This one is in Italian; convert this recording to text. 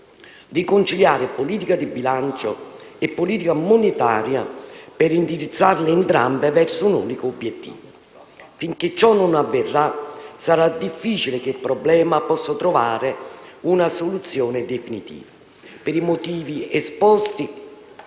riconciliare politica di bilancio e politica monetaria per indirizzarle, entrambe, verso un unico obiettivo. Finché ciò non avverrà, sarà difficile che il problema possa trovare una soluzione definitiva. Per i motivi esposti